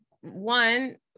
one